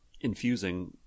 infusing